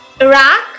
Iraq